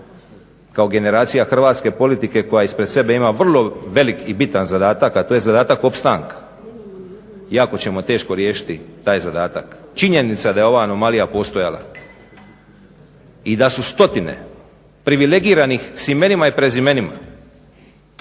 kao generacija hrvatske politike koja ispred sebe ima vrlo velik i bitan zadatak, a to je zadatak opstanka, jako ćemo teško riješiti taj zadatak. Činjenica da je ova anomalija postojala i da su stotine privilegiranih s imenima i prezimenima